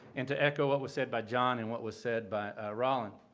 and to echo what was said by john and what was said by rollin,